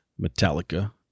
metallica